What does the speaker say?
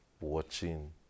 watching